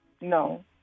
No